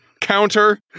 counter